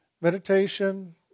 Meditation